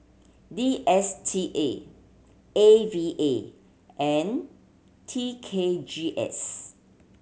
D S T A A V A and T K G S